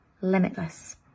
limitless